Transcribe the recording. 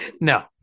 No